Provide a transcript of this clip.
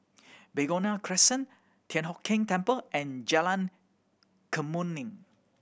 Begonia Crescent Thian Hock Keng Temple and Jalan Kemuning